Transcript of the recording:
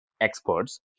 experts